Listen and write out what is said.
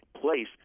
place